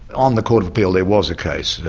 on the court of appeal there was a case,